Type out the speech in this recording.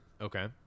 okay